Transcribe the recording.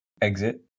exit